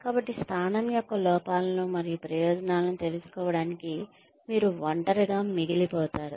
కాబట్టి స్థానం యొక్క లోపాలను మరియు ప్రయోజనాలను తెలుసుకోవడానికి మీరు ఒంటరిగా మిగిలిపోతారు